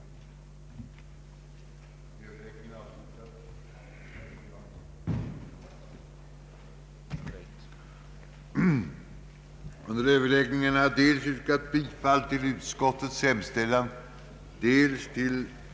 Jag yrkar bifall till utskottets hemställan.